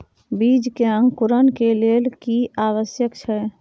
बीज के अंकुरण के लेल की आवश्यक छै?